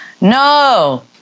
no